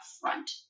front